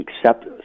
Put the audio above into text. accept